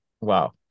Wow